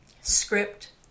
script